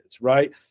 right